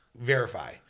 verify